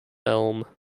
elm